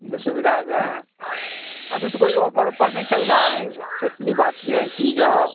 यह सुविधा जो हैं अभी तो कोई ऑफर ऑफर नहीं चल रहा हैं एक्चुली बात यह है कि जो